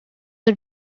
the